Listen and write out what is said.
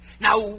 Now